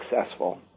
successful